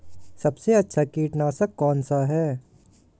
सबसे अच्छा कीटनाशक कौन सा है?